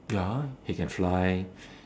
ya he can fly